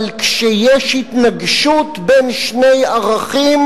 אבל כאשר יש התנגשות בין שני ערכים,